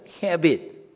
habit